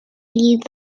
leave